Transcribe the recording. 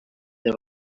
they